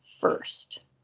first